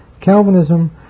Calvinism